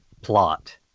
plot